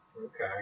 Okay